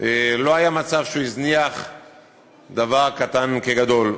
לא היה מצב שהוא הזניח דבר קטן כגדול,